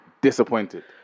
disappointed